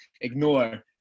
ignore